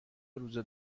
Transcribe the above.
روزه